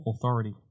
authority